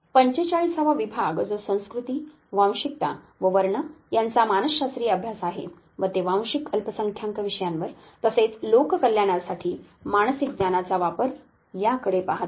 45 वा विभाग जो संस्कृती वांशिकता व वर्ण यांचा मानसशास्त्रीय अभ्यास आहे व ते वांशिक अल्पसंख्याक विषयांवर तसेच लोककल्याणासाठी मानसिक ज्ञानाचा वापर याकडे पाहतात